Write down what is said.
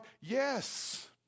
Yes